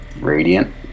radiant